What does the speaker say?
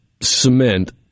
cement